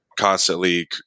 constantly